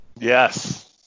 Yes